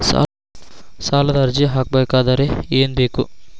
ಸಾಲದ ಅರ್ಜಿ ಹಾಕಬೇಕಾದರೆ ಏನು ಬೇಕು?